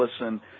listen